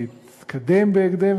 ויתקדם בהקדם,